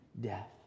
death